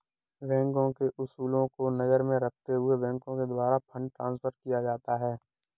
बैंकों के उसूलों को नजर में रखते हुए बैंकों के द्वारा फंड ट्रांस्फर किया जाता है